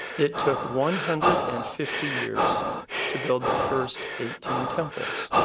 it took one hundred and fifty years to build the first eighteen temples,